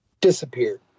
disappeared